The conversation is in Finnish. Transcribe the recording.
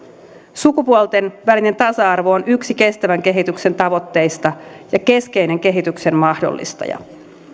sukupuolten välinen tasa arvo on yksi kestävän kehityksen tavoitteista ja keskeinen kehityksen mahdollistaja